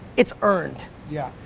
it's earned. yeah.